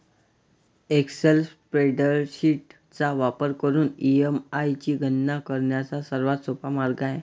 Excel spreadsheet चा वापर करून ई.एम.आय ची गणना करण्याचा सर्वात सोपा मार्ग आहे